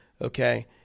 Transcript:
okay